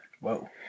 Whoa